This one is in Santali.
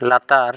ᱞᱟᱛᱟᱨ